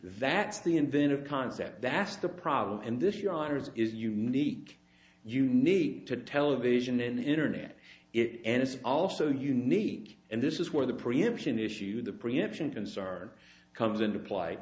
that's the inventive concept that's the problem and this your honour's is unique you need to television and internet it and it's also unique and this is where the preemption issue the preemption concern comes into play